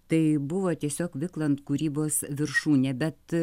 tai buvo tiesiog viklant kūrybos viršūnė bet